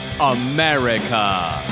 America